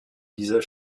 dieser